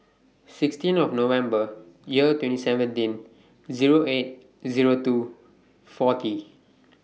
sixteen of November Year twenty seventeen Zero eight Zero two forty